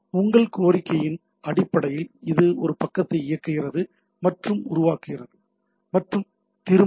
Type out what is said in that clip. உங்கள் கோரிக்கையின் அடிப்படையில்இது ஒரு பக்கத்தை இயக்குகிறது மற்றும் உருவாக்குகிறது மற்றும் திரும்பும்